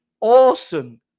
awesome